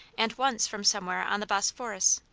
and once from somewhere on the bosphorus.